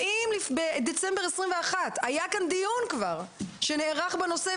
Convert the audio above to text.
ואם בדצמבר 2021 היה כאן דיון שנערך בנושא,